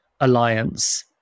alliance